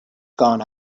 gone